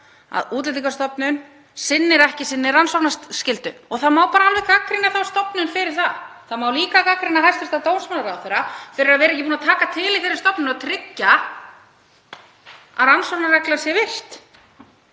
að Útlendingastofnun sinnir ekki rannsóknarskyldu sinni. Það má alveg gagnrýna þá stofnun fyrir það. Það má líka gagnrýna hæstv. dómsmálaráðherra fyrir að vera ekki búinn að taka til í þeirri stofnun og tryggja að rannsóknarregla sé virt.